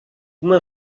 uma